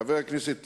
חבר הכנסת טיבי,